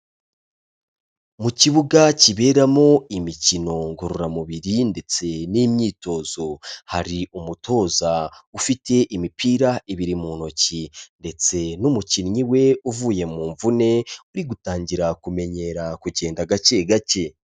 Mu kibuga kiberamo imikino ngororamubiri ndetse n'imyitozo, hari umutoza ufite imipira ibiri mu ntoki , ndetse n'umukinnyi we uvuye mu mvune, uri gutangira kumenyera kugenda gake gake.